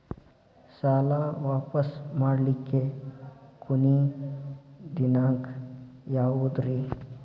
ಸಾಲಾ ವಾಪಸ್ ಮಾಡ್ಲಿಕ್ಕೆ ಕೊನಿ ದಿನಾಂಕ ಯಾವುದ್ರಿ?